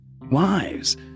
Wives